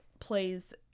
plays